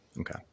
Okay